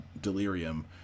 delirium